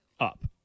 Up